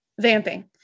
Vamping